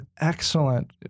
excellent